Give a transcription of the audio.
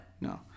No